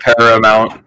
Paramount